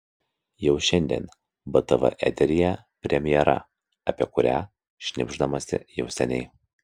jau šiandien btv eteryje premjera apie kurią šnibždamasi jau seniai